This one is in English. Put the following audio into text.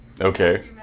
Okay